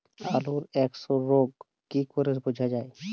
আলুর এক্সরোগ কি করে বোঝা যায়?